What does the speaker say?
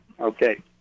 Okay